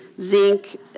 zinc